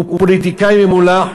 הוא פוליטיקאי ממולח,